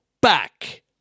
back